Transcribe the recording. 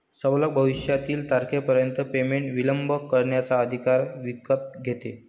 सवलत भविष्यातील तारखेपर्यंत पेमेंट विलंब करण्याचा अधिकार विकत घेते